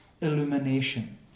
illumination